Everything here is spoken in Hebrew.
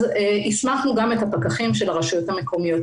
אז הסמכנו גם את הפקחים של הרשויות המקומיות.